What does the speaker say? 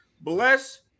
bless